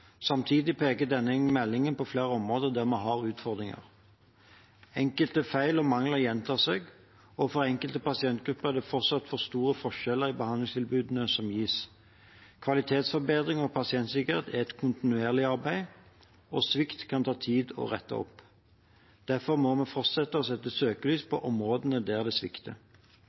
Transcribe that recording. Samtidig peker denne meldingen på flere områder der vi har utfordringer. Enkelte feil og mangler gjentar seg, og for enkelte pasientgrupper er det fortsatt for store forskjeller i behandlingstilbudene som gis. Kvalitetsforbedring og pasientsikkerhet er et kontinuerlig arbeid, og svikt kan ta tid å rette opp. Derfor må vi fortsette å sette søkelys på områdene der det svikter.